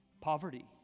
Poverty